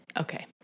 Okay